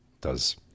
does-